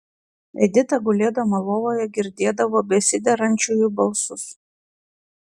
edita gulėdama lovoje girdėdavo besiderančiųjų balsus